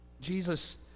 Jesus